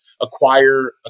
acquire